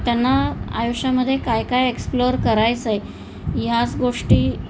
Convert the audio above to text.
त्यांना आयुष्यामध्ये काय काय एक्सप्लोअर करायचं आहे ह्याच गोष्टी